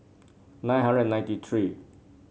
nine hundred and ninety three